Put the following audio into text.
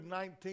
19